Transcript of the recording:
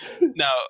Now